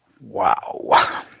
Wow